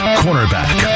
cornerback